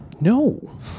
No